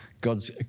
God's